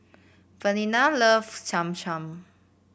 Valinda loves Cham Cham